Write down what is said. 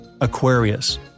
Aquarius